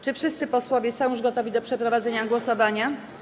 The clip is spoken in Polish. Czy wszyscy posłowie są już gotowi do przeprowadzenia głosowania?